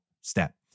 step